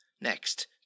Next